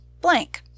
blank